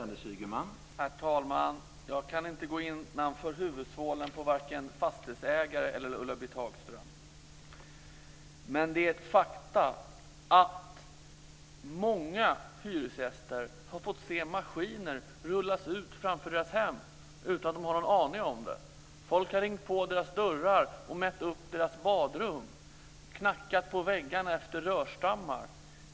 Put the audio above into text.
Herr talman! Jag kan inte gå innanför huvudsvålen på vare sig fastighetsägare eller Ulla-Britt Hagström. Men det är fakta att många hyresgäster har fått se maskiner rullas ut framför deras hem utan att de har haft någon aning om det. Folk har ringt på deras dörrar, mätt upp deras badrum och knackat på väggarna efter rörstammar.